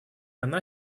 она